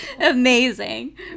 Amazing